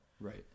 Right